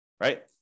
right